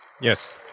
Yes